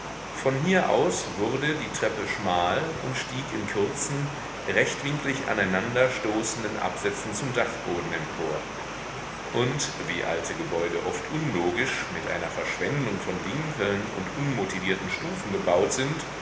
von hier aus wurde die treppe schmal und stieg in kurzen rechtwinklig aneinander stoßenden absätzen zum dachboden empor und wie alte gebäude oft unlogisch mit einer verschwendung von winkeln und unmotivierten stufen gebaut sind